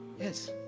Yes